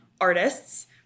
artists